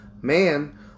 man